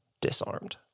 disarmed